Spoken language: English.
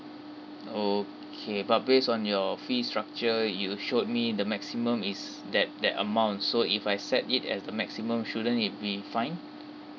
okay but based on your fee structure you showed me the maximum is that that amount so if I set it as the maximum shouldn't it be fine